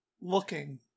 looking